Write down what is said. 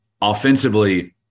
Offensively